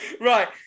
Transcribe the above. Right